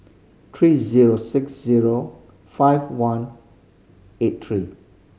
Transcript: three zero six zero five one eight three